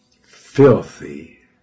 Filthy